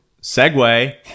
segue